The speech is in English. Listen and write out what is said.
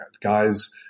Guys